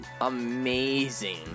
amazing